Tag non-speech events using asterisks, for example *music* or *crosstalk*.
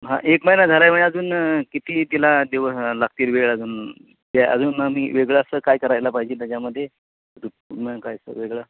हां एक महिना झाला आहे म्हणजे अजून किती तिला दिवस लागतील वेळ अजून ते अजून आम्ही वेगळा असं काय करायला पाहिजे त्याच्यामध्ये *unintelligible* वेगळा